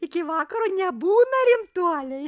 iki vakaro nebūna rimtuoliai